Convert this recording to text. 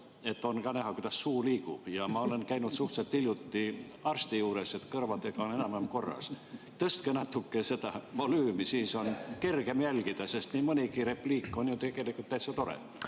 et on ka näha, kuidas suu liigub. Ma olen käinud suhteliselt hiljuti arsti juures, mu kõrvadega on kõik enam-vähem korras. Tõstke natuke seda volüümi, siis on kergem jälgida. Nii mõnigi repliik on ju tegelikult täitsa tore.